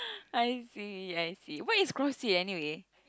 I see I see what is CrossFit anyway